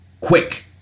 quick